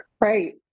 right